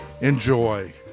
Enjoy